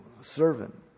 servant